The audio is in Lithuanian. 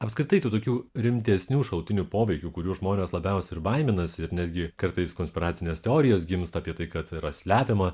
apskritai tokių rimtesnių šalutinių poveikių kurių žmonės labiausiai baiminasi ir netgi kartais konspiracinės teorijos gimsta apie tai kad yra slepiama